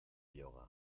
yoga